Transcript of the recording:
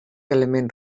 element